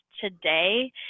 today